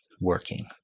working